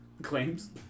Claims